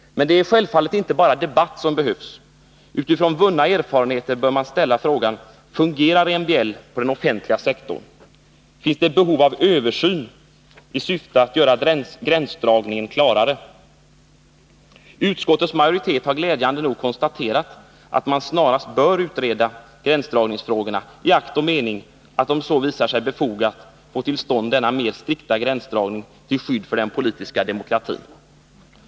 Men det är självfallet inte bara debatt som behövs. Utifrån vunna erfarenheter bör man givetvis ställa frågan: Fungerar MBL på den offentliga sektorn? Finns det behov av översyn i syfte att göra gränsdragningen klarare? Utskottets majoritet har glädjande nog konstaterat att man snarast bör utreda gränsdragningsfrågorna i akt och mening, att om så visar sig befogat, få till stånd denna mer strikta gränsdragning till skydd för den politiska demokratin.